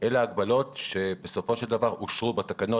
אלה הגבלות שבסופו של דבר אושרו בתקנות